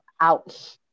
out